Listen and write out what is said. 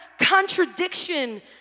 contradiction